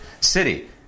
city